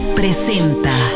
presenta